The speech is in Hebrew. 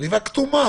עניבה כתומה.